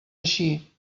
així